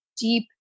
deep